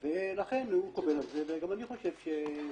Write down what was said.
אבל אני צריך.